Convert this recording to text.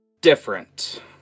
different